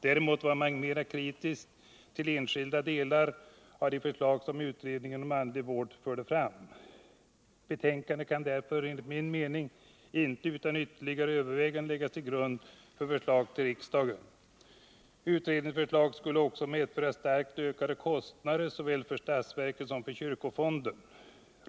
Däremot var man kritisk till enskilda delar av de förslag som utredningen om andlig vård förde fram. Betänkandet kan därför enligt min mening inte utan ytterligare överväganden läggas till grund för förslag till riksdagen. 35 Utredningens förslag skulle också medföra starkt ökade kostnader såväl för statsverket som för kyrkofonden.